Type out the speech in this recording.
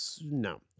No